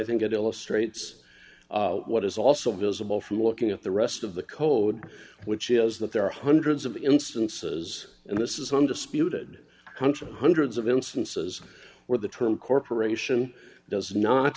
illustrates what is also visible from looking at the rest of the code which is that there are hundreds of instances and this is undisputed country hundreds of instances where the term corporation does not